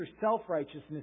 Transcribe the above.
self-righteousness